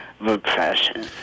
Repression